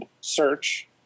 search